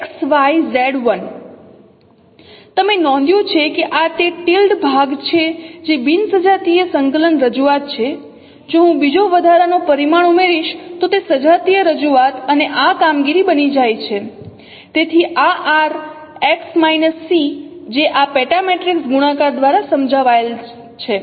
તમે નોંધ્યું છે કે આ તે ભાગ છે જે બિન સજાતીય સંકલન રજૂઆત છે જો હું બીજો વધારાનો પરિમાણ ઉમેરીશ તો તે સજાતીય રજૂઆત અને આ કામગીરી બની જાય છે તેથી આ આર એક્સ સી જે આ પેટા મેટ્રિક્સ ગુણાકાર દ્વારા સમજાવાયેલ છે